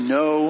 no